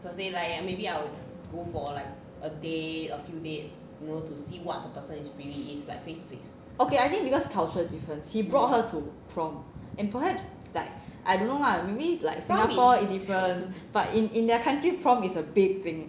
okay I think because cultural difference he brought her to prom and perhaps like I don't know lah maybe like Singapore is different but in in their country prom is a big thing